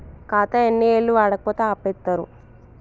ఖాతా ఎన్ని ఏళ్లు వాడకపోతే ఆపేత్తరు?